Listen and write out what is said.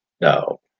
no